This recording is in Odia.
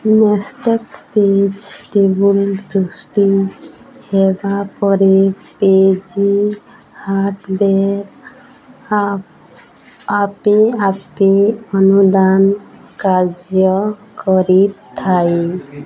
ନେଷ୍ଟେଡ଼୍ ପେଜ୍ ଟେବୁଲ୍ ସୃଷ୍ଟି ହେବା ପରେ ପେଜି ହାର୍ଡ଼ଓ୍ୱେର୍ ଆପ୍ ଆପେ ଆପେ ଅନୁଦାନ କାର୍ଯ୍ୟ କରିଥାଏ